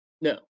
No